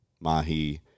mahi